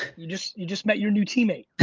you just you just met your new teammate.